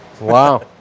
Wow